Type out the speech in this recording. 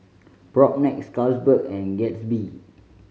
Propnex Carlsberg and Gatsby